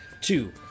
two